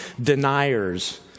deniers